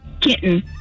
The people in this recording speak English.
Kitten